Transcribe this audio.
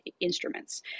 instruments